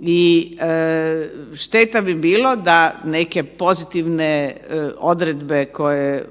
I šteta bi bilo da neke pozitivne odredbe koje,